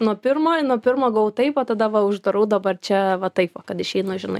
nuo pirmojo nuo pirmo gavau taip tada va uždarau dabar čia va taip va kad išeinu žinai